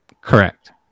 Correct